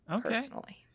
personally